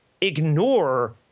ignore